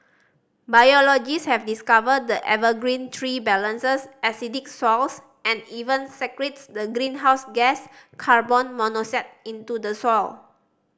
biologist have discovered the evergreen tree balances acidic south and even secrets the greenhouse gas carbon monoxide into the soil